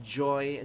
joy